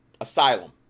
asylum